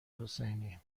حسینی